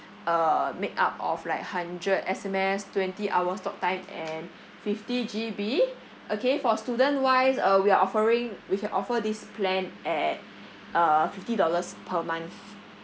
uh make up of like hundred S_M_S twenty hours talktime and fifty G_B okay for student wise uh we are offering we can offer this plan at uh fifty dollars per month